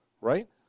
Right